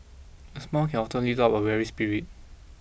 a smile can often lift up a weary spirit